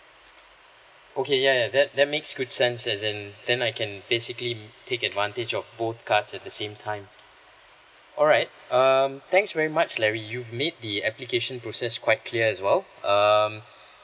okay ya ya that that makes good sense as in then I can basically take advantage of both cards at the same time alright um thanks very much larry you've made the application process quite clear as well um